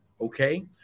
okay